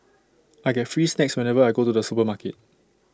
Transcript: I get free snacks whenever I go to the supermarket